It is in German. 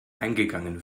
eingegangen